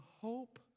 hope